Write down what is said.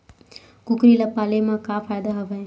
कुकरी ल पाले म का फ़ायदा हवय?